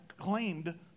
claimed